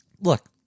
look